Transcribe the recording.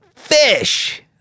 fish